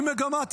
היא מגמה,